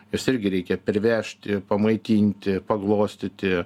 juos irgi reikia pervežti pamaitinti paglostyti